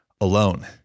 alone